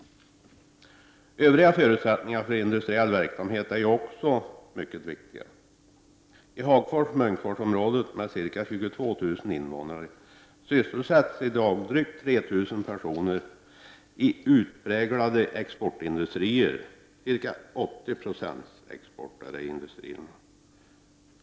Övriga förutsättningar för industriell verksamhet är också mycket viktiga. I Hagfors-Munkfors-området, som har ca 21 000 tusen invånare, sysselsätts i dag drygt 3 000 personer i utpräglade exportindustrier där ca 80 20 av produktionen går på export.